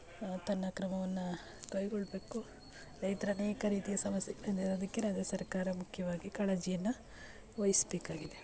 ತನ್ನ ಕ್ರಮವನ್ನು ಕೈಗೊಳ್ಳಬೇಕು ರೈತ್ರು ಅನೇಕ ರೀತಿಯ ಸಮಸ್ಯೆಗಳನ್ನು ಅದಕ್ಕೆ ರಾಜ್ಯ ಸರ್ಕಾರ ಮುಖ್ಯವಾಗಿ ಕಾಳಜಿಯನ್ನು ವಹಿಸಬೇಕಾಗಿದೆ